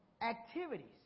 activities